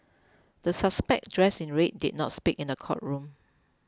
the suspect dressed in red did not speak in the courtroom